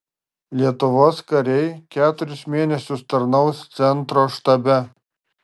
lietuvos kariai keturis mėnesius tarnaus centro štabe